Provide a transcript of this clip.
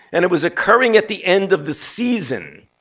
and it was occurring at the end of the season.